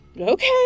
Okay